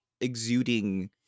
exuding